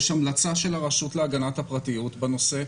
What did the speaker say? יש המלצה של הרשות להגנת הפרטיות בנושא,